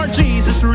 jesus